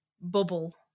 bubble